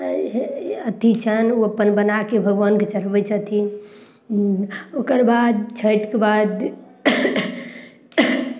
अथी छनि ओ अपन बनाकऽ भगवानके चढ़बय छथिन ओकर बाद छैठके बाद